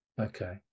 Okay